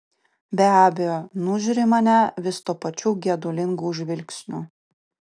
be abejo nužiūri mane vis tuo pačiu geidulingu žvilgsniu